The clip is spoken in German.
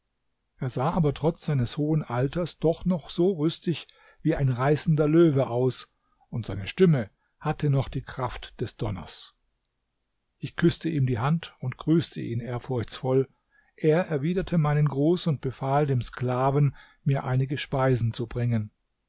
er sah aber trotz seines hohen alters doch noch so rüstig wie ein reißender löwe aus und seine stimme hatte noch die kraft des donners ich küßte ihm die hand und grüßte ihn ehrfurchtsvoll er erwiderte meinen gruß und befahl dem sklaven mir einige speisen zu bringen